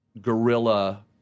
guerrilla